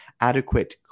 adequate